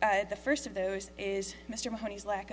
but the first of those is mr honeys lack